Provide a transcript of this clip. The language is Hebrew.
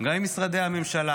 גם עם משרדי הממשלה,